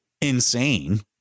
insane